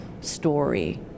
story